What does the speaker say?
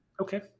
okay